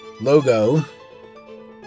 logo